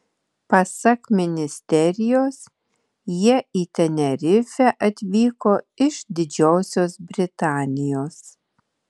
pasak ministerijos jie į tenerifę atvyko iš didžiosios britanijos